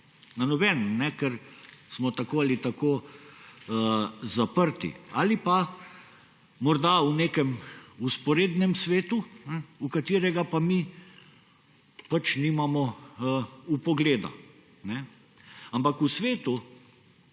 na nobenem, ker smo tako ali tako zaprti. Ali pa morda v nekem vzporednem svetu, v katerega pa mi nimamo vpogleda. Ampak v svetu,